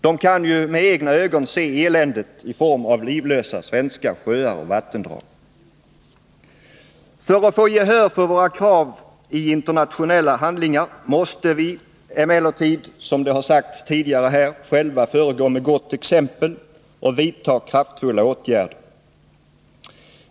De kan med egna ögon se eländet i form av livlösa svenska sjöar och vattendrag. För att få gehör för våra krav i internationella förhandlingar måste vi emellertid, som det har sagts tidigare här, själva föregå med gott exempel och vidtaga kraftfulla åtgärder.